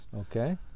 Okay